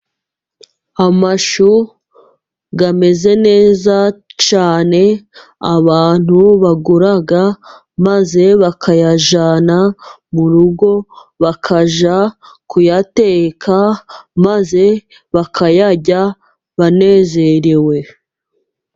Amashu ameze neza cyane abantu bagura maze bakayajyana mu rugo bakajya kuyateka maze bakayarya banezerewe.